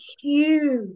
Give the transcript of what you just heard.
huge